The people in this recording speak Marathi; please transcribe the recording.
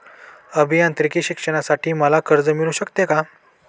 अभियांत्रिकी शिक्षणासाठी मला कर्ज मिळू शकते का?